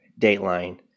Dateline